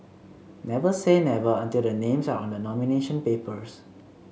never say never until the names are on the nomination papers